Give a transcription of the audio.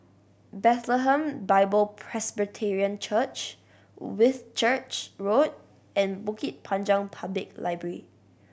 Bethlehem Bible Presbyterian Church Whitchurch Road and Bukit Panjang Public Library